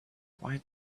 why